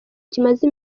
kimaze